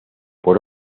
por